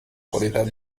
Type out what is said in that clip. qualitat